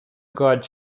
god